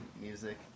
music